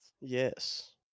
yes